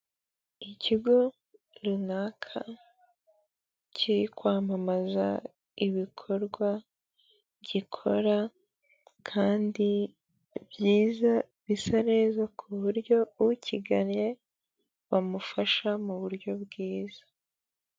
Ikigo runaka kiri kwamamaza ibikorwa gikora kandi byiza bisa neza ku buryo ukiganye bamufasha mu buryo bwiza.